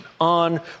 on